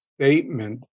statement